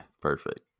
perfect